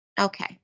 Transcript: Okay